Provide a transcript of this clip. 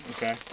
Okay